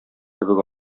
кебек